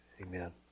Amen